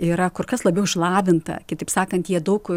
yra kur kas labiau išlavinta kitaip sakant jie daug